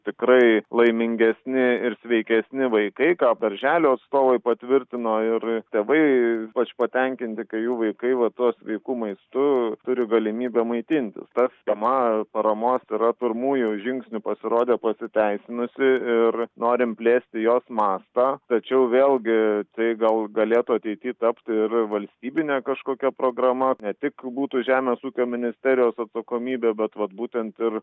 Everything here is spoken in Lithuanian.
tikrai laimingesni ir sveikesni vaikai ką darželio atstovai patvirtino ir tėvai ypač patenkinti kai jų vaikai va tuo sveiku maistu turi galimybę maitintis ta sistema paramos yra pirmųjų žingsnių pasirodė pasiteisinusi ir norim plėsti jos mastą tačiau vėlgi tai gal galėtų ateity tapti ir valstybine kažkokia programa ne tik būtų žemės ūkio ministerijos atsakomybė bet vat būtent ir